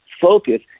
focus